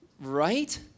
Right